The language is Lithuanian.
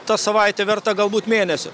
ta savaitė verta galbūt mėnesio